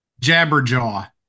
Jabberjaw